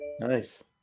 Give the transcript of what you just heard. Nice